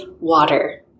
water